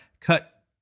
cut